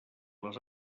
les